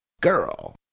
Girl